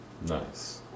Nice